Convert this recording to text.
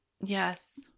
Yes